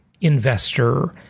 investor